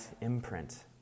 imprint